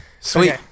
sweet